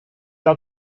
out